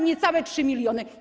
Niecałe 3 mln.